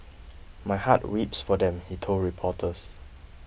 my heart weeps for them he told reporters